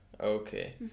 okay